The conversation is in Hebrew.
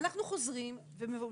אנחנו חוזרים ומבקשים,